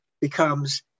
becomes